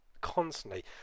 constantly